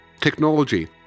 Technology